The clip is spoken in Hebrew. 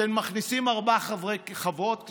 אתם מכניסים ארבע חברות כנסת.